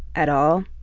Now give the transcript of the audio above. at all,